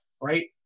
right